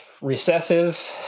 recessive